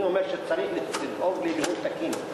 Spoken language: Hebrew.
אני אומר שצריך לדאוג לניהול תקין,